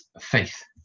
faith